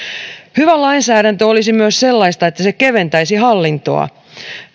hyvä lainsäädäntö olisi myös sellaista että se keventäisi hallintoa